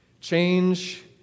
change